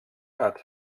hat